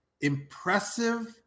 impressive